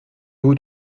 vous